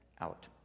out